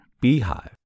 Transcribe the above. beehive